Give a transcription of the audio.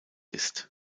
ist